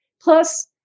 Plus